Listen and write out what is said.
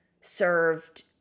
served